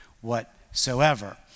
whatsoever